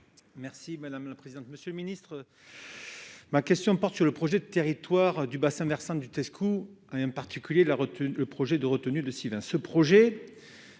Merci madame la présidente, monsieur le ministre, ma question porte sur le projet de territoire du bassin versant du desk ou à un particulier de la rotule, le projet de retenue de Sylvain